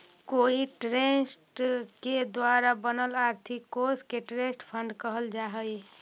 कोई ट्रस्ट के द्वारा बनल आर्थिक कोश के ट्रस्ट फंड कहल जा हई